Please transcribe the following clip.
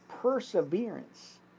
perseverance